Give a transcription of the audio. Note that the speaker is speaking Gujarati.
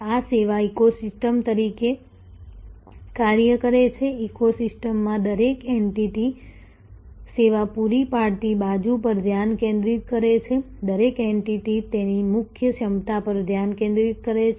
આ સેવા ઇકોસિસ્ટમ તરીકે કાર્ય કરે છે ઇકો સિસ્ટમમાં દરેક એન્ટિટી સેવા પૂરી પાડતી બાજુ પર ધ્યાન કેન્દ્રિત કરે છે દરેક એન્ટિટી તેની મુખ્ય ક્ષમતા પર ધ્યાન કેન્દ્રિત કરે છે